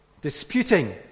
disputing